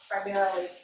primarily